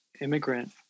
immigrant